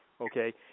okay